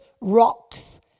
rocks